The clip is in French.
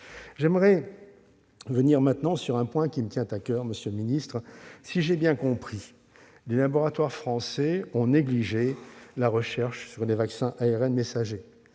J'aimerais en venir maintenant à un point qui me tient à coeur, monsieur le ministre. Si j'ai bien compris, les laboratoires français ont négligé la recherche sur les vaccins à ARN messager,